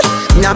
Now